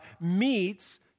meets